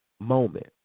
moment